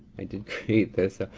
i did create this.